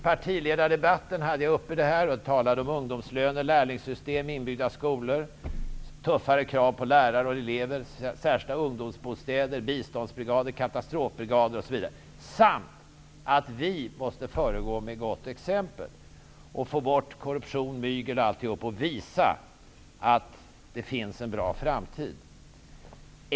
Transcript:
Jag tog upp denna fråga i partiledardebatten. Jag talade om ungdomslöner, lärlingssystem, inbyggda skolor, tuffare krav på lärare och elever, särskilda ungdomsbostäder, biståndsbrigader, katastrofbrigader osv. samt om att vi måste föregå med gott exempel. Vi måste få bort korruption och mygel och visa att det finns en bra framtid.